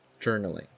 journaling